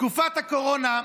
תקופת הקורונה,